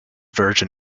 version